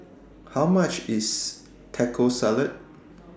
How much IS Taco Salad